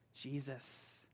Jesus